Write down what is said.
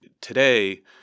Today